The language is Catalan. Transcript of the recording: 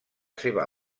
seva